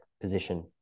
position